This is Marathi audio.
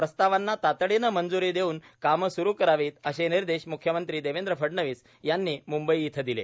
प्रस्तावांना तातडीने मंजूरी देऊन कामे स्रू करावीत असे निर्देश म्ख्यमंत्री देवेंद्र फडणवीस यांनी म्ंबई इथं दिले